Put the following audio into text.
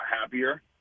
happier